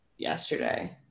yesterday